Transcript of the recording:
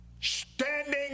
standing